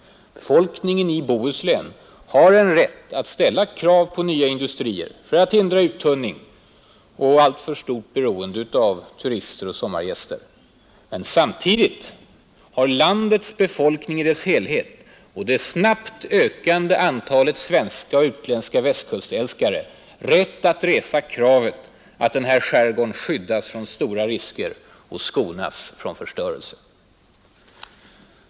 Befolkningen i Bohuslän har en rätt att ställa krav på nya industrier för att hindra uttunning och alltför stort beroende av turister och sommargäster. Men samtidigt har landets befolkning i dess helhet och det snabbt ökande antalet svenska och utländska Västkustälskare rätt att resa kravet att den här skärgården skyddas från stora risker och skonas från förstörelse.